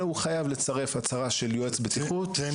אלא הוא חייב לצרף הצהרה של יועץ בטיחות